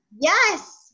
yes